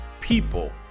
people